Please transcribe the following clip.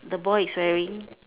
the boy is wearing